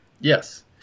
Yes